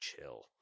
chill